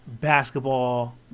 basketball